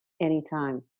anytime